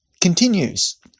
continues